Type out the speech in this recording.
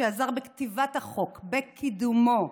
שעזר בכתיבת החוק ובקידומו.